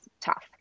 tough